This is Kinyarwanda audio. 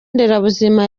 nderabuzima